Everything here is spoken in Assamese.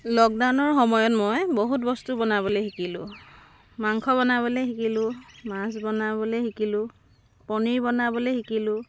লকডাউনৰ সময়ত মই বহুত বস্তু বনাবলৈ শিকিলোঁ মাংস বনাবলৈ শিকিলোঁ মাছ বনাবলৈ শিকিলোঁ পনীৰ বনাবলৈ শিকিলোঁ